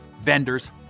vendors